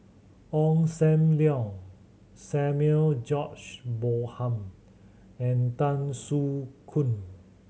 Ong Sam Leong Samuel George Bonham and Tan Soo Khoon